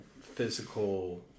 physical